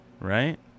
right